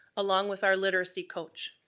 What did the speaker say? along with our literacy coach.